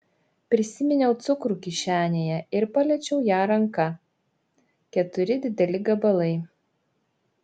prisiminiau cukrų kišenėje ir paliečiau ją ranka keturi dideli gabalai